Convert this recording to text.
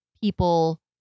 people